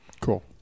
Cool